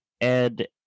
Ed